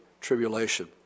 tribulation